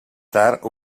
tard